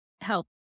help